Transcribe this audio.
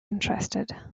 interested